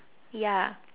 ya